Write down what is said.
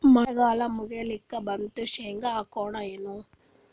ಮಳಿಗಾಲ ಮುಗಿಲಿಕ್ ಬಂತು, ಶೇಂಗಾ ಹಾಕೋಣ ಏನು?